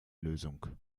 lösung